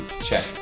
check